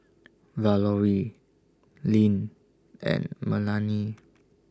Valorie Lynn and Melany